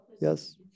Yes